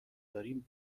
داریم